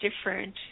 different